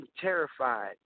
terrified